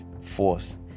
force